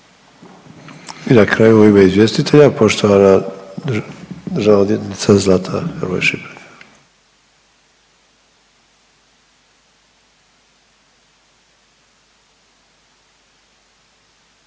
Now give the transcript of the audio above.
I na kraju u ime izvjestitelja, poštovana državna odvjetnica Zlata Hrvoj Šipek.